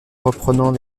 reprenant